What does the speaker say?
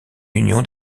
union